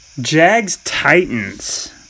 Jags-Titans